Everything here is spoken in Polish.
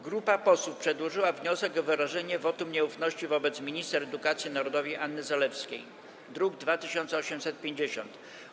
Grupa posłów przedłożyła wniosek o wyrażenie wotum nieufności wobec minister edukacji narodowej Anny Zalewskiej, druk nr 2850.